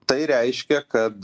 tai reiškia kad